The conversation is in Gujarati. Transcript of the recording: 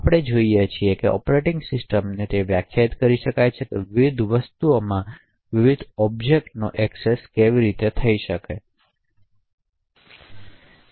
આપણે જોઈએ છીએ કે ઑપરેટિંગ સિસ્ટમ તે વ્યાખ્યાયિત કરી શકે છે કે વિવિધ વસ્તુઓમાં વિવિધ ઑબ્જેક્ટ્સનો એક્સેસ કેવી રીતે થઈ શકે છે